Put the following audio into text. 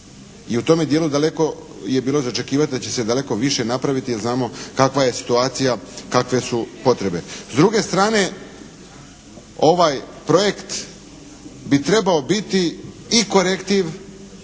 I u tome dijelu daleko je bilo za očekivati da će se daleko više napraviti, jer znamo kakva je situacija, kakve su potrebe. S druge strane ovaj projekt bi trebao biti i korektiv,